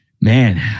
Man